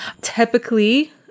Typically